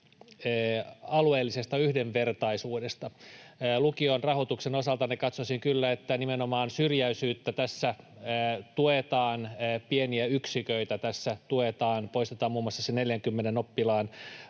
alueellisesta yhdenvertaisuudesta. Lukion rahoituksen osalta katsoisin kyllä, että nimenomaan syrjäisyyttä tässä tuetaan, pieniä yksiköitä tässä tuetaan, poistetaan muun muassa se 40 oppilaan